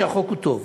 שהוא חוק טוב.